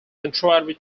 contrary